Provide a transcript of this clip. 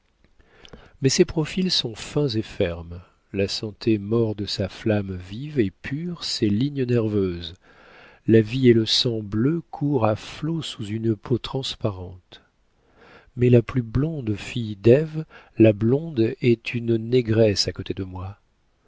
mais ces profils sont fins et fermes la santé mord de sa flamme vive et pure ces lignes nerveuses la vie et le sang bleu courent à flots sous une peau transparente mais la plus blonde fille d'ève la blonde est une négresse à côté de moi